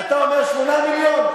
אתה אומר 8 מיליון?